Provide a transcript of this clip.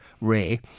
Ray